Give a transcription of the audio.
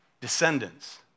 Descendants